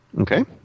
Okay